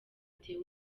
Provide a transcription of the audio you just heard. theo